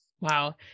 Wow